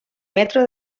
metro